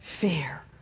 fear